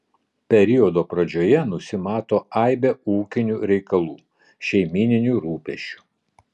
periodo pradžioje nusimato aibė ūkinių reikalų šeimyninių rūpesčių